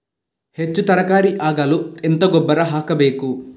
ಹೆಚ್ಚು ತರಕಾರಿ ಆಗಲು ಎಂತ ಗೊಬ್ಬರ ಹಾಕಬೇಕು?